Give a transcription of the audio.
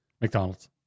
mcdonald's